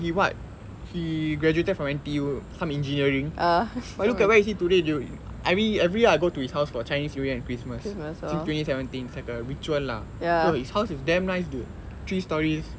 but he graduated from N_T_U some engineering but look at where he is today dude I mean every year I go to his house for chinese new year and christmas since twenty seventeen it's like a ritual lah his house is damn nice dude three stories